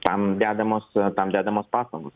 tam dedamos tam dedamos pastangos